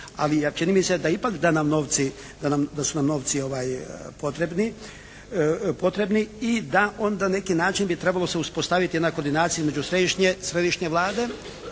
da nam novci, da su nam novci potrebni i da onda na neki način bi trebalo se uspostaviti jedna koordinacija između središnje Vlade,